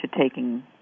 taking